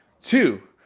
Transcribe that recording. two